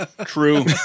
true